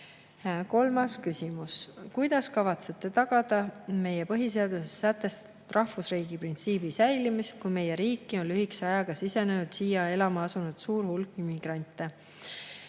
Kolmas küsimus: "Kuidas kavatsete tagada meie põhiseaduses sätestatud rahvusriigi printsiibi säilimist, kui meie riiki on lühikese ajaga sisenenud ja siia elama asunud suur hulk immigrante?"